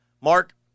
Mark